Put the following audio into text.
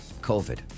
COVID